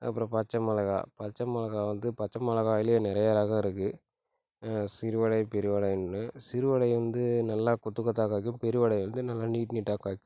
அப்புறம் பச்சை மிளகா பச்ச மிளகா வந்து பச்சை மிளகாய்லே நிறைய ரகம் இருக்கு சிறுவடை பெருவடைன்னு சிறுவடை வந்து நல்லா கொத்து கொத்தாக காய்க்கும் பெருவடை வந்து நல்லா நீட் நீட்டாக காய்க்கும்